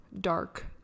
dark